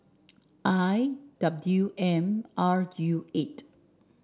I W M R U eight